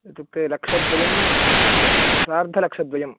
इत्युक्ते लक्षद्वयम् एवञ्च सार्धलक्षद्वयम्